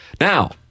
Now